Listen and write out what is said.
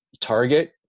target